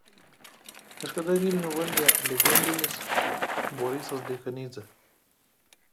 kažkada vilnių valdė legendinis borisas dekanidzė